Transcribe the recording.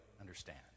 understand